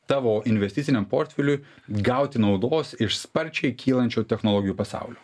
tavo investiciniam portfeliui gauti naudos iš sparčiai kylančio technologijų pasaulio